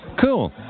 Cool